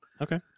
okay